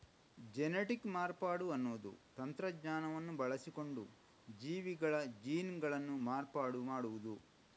genetic ಮಾರ್ಪಾಡು ಅನ್ನುದು ತಂತ್ರಜ್ಞಾನವನ್ನ ಬಳಸಿಕೊಂಡು ಜೀವಿಗಳ ಜೀನ್ಗಳನ್ನ ಮಾರ್ಪಾಡು ಮಾಡುದು